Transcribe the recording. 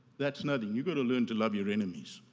that's nothing, you've got to learn to love your enemies.